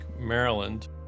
Maryland